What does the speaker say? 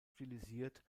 stilisiert